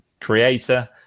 creator